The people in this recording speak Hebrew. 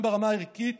גם ברמה הערכית